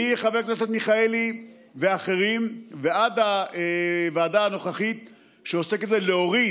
מחבר הכנסת מיכאלי ואחרים ועד הוועדה הנוכחית שעוסקת בלהוריד,